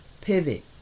pivot